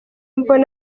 mbona